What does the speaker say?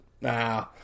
Nah